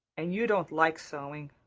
and you don't like sewing.